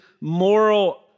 moral